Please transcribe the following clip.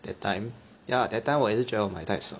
that time ya that time 我也是觉得我买太少